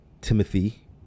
timothy